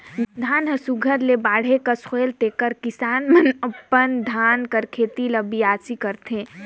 धान हर सुग्घर ले बाढ़े कस होएल तेकर किसान मन अपन धान कर खेत ल बियासी करथे